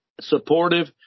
supportive